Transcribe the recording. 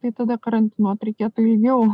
tai tada karantinot reikėtų ilgiau